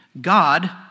God